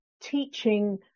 teaching